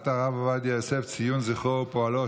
הרב עובדיה יוסף (ציון זכרו ופועלו),